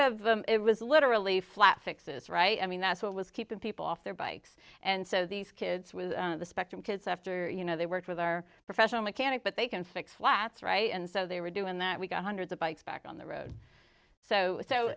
of them it was literally flat fixes right i mean that's what was keeping people off their bikes and so these kids with the spectrum kids after you know they worked with our professional mechanic but they can fix flats right and so they were doing that we got hundreds of bikes back on the road so